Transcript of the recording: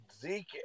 Zeke